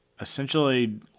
essentially